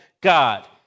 God